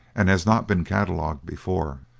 and has not been catalogued before.